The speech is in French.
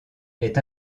est